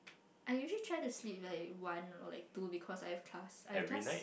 I usually try to sleep like one or like two because I have class I have class